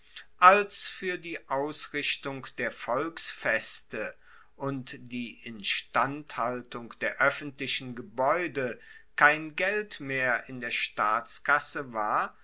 als fuer die ausrichtung der volksfeste und die instandhaltung der oeffentlichen gebaeude kein geld mehr in der staatskasse war